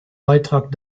beitrag